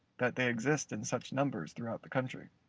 that they exist in such numbers throughout the country.